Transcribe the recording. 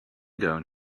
going